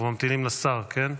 אנחנו ממתינים לשר, כן?